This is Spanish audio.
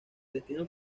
destino